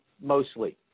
mostly